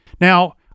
Now